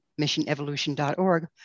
missionevolution.org